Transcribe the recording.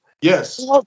Yes